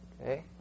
okay